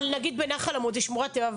אבל נגיד נחל עמוד זה שמורת טבע,